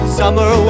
summer